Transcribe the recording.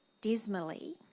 dismally